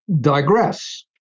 digress